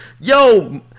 Yo